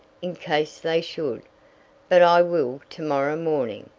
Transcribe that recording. in case they should but i will tomorrow morning.